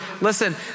listen